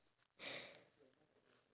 moral life